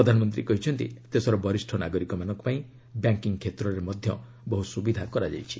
ପ୍ରଧାନମନ୍ତ୍ରୀ କହିଛନ୍ତି ଦେଶର ବରିଷ୍ଣ ନାଗରିକମାନଙ୍କ ପାଇଁ ବ୍ୟାଙ୍କିଙ୍ଗ୍ କ୍ଷେତ୍ରରେ ମଧ୍ୟ ବହୁ ସୁବିଧା କରାଯାଇଛି